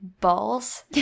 balls